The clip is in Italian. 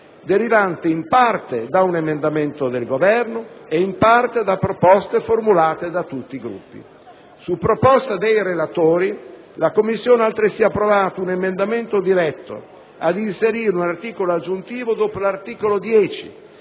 derivante in parte da un emendamento del Governo e in parte da proposte formulate da tutti i Gruppi. Su proposta dei relatori, la Commissione ha altresì approvato un emendamento diretto ad inserire un articolo aggiuntivo dopo l'articolo 10,